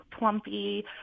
Plumpy